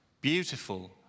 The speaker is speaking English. beautiful